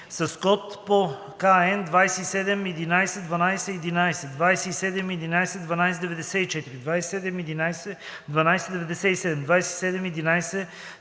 (с код по КН 271112 11,2711 12 94,2711 12 97,271113